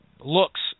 looks